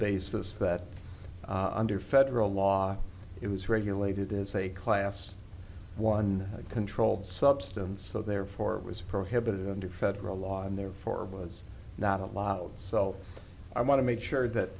basis that under federal law it was regulated as a class one controlled substance so therefore it was prohibited under federal law and therefore was not allowed so i want to make sure